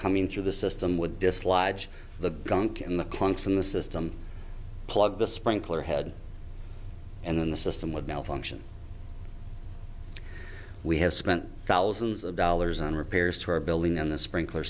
coming through the system would dislodge the gunk in the conchs in the system plug the sprinkler head and then the system would malfunction we have spent thousands of dollars on repairs to our building and the sprinkler